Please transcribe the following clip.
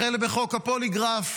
החל בחוק הפוליגרף,